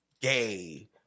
gay